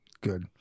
Good